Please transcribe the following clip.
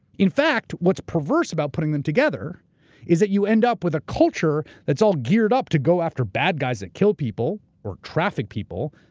in fact, what's perverse about putting them together is that you end up with a culture that's all geared up to go after bad guys that kill people or traffic people.